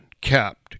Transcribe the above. kept